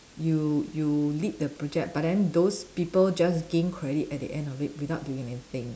you you lead the project but then those people just gain credit at the end of it without doing anything